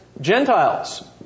Gentiles